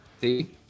see